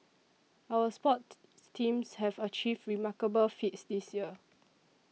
our sports teams have achieved remarkable feats this year